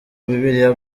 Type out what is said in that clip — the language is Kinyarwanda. bibiliya